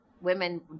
women